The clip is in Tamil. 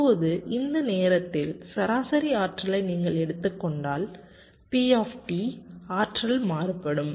இப்போது இந்த நேரத்தில் சராசரி ஆற்றலை நீங்கள் எடுத்துக் கொண்டால் P ஆற்றல் மாறுபடும்